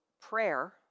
prayer